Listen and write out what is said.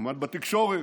כמובן בתקשורת,